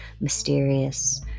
mysterious